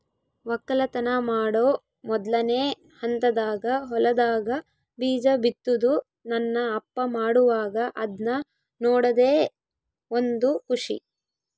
ವಕ್ಕಲತನ ಮಾಡೊ ಮೊದ್ಲನೇ ಹಂತದಾಗ ಹೊಲದಾಗ ಬೀಜ ಬಿತ್ತುದು ನನ್ನ ಅಪ್ಪ ಮಾಡುವಾಗ ಅದ್ನ ನೋಡದೇ ಒಂದು ಖುಷಿ